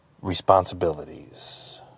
responsibilities